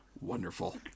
Wonderful